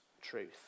truth